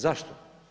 Zašto?